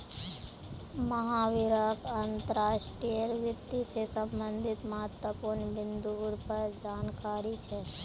महावीरक अंतर्राष्ट्रीय वित्त से संबंधित महत्वपूर्ण बिन्दुर पर जानकारी छे